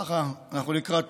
ככה, אנחנו לקראת